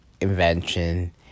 invention